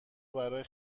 برای